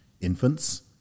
infants